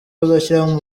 bazashyiramo